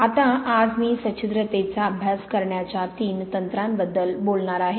आता आज मी सच्छिद्रतेचा अभ्यास करण्याच्या तीन तंत्रांबद्दल बोलणार आहे